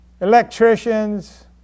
electricians